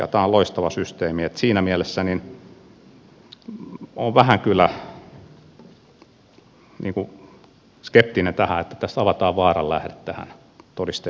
tämä on loistava systeemi niin että siinä mielessä olen vähän kyllä skeptinen tämän suhteen että tässä avataan vaaran lähde tähän todisteiden hyödyntämiseen